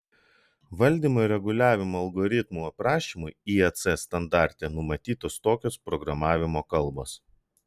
valdymo ir reguliavimo algoritmų aprašymui iec standarte numatytos tokios programavimo kalbos